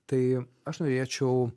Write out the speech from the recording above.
tai aš norėčiau